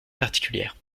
particulières